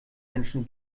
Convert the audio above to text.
menschen